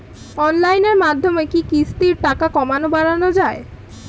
অনলাইনের মাধ্যমে কি কিস্তির টাকা কমানো বাড়ানো যায়?